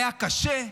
היה קשה?